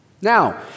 Now